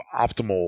optimal